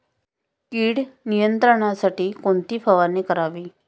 कीड नियंत्रणासाठी कोणती फवारणी करावी?